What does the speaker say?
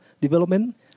development